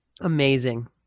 Amazing